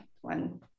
one